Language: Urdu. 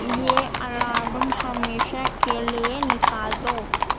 یہ الارم ہمیشہ کے لیے نکال دو